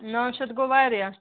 نَو شَتھ گوٚو واریاہ